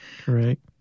correct